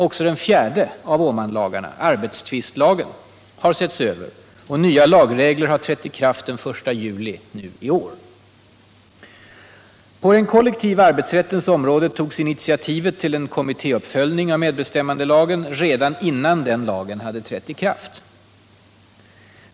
Också den fjärde av Åmanlagarna, arbetstvistlagen, har setts över och nya lagregler har trätt i kraft den 1 juli 1977. På den kollektiva arbetsrättens område togs initiativet till en kommittéuppföljning av medbestämmandelagen redan innan den lagen hade trätt i kraft.